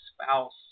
spouse